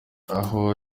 abo